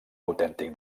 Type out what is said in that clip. autèntic